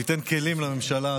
שייתן כלים לממשלה,